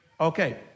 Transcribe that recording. Okay